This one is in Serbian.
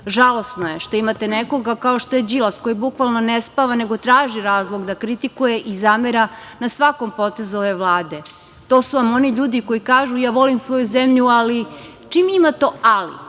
je što imate nekoga kao što je Đilas, koji bukvalno ne spava, nego traži razlog da kritikuje i zamera na svakom potezu ove Vlade. To su vam oni ljudi koji kažu – ja volim svoju zemlju ali… Čim ima to „ali“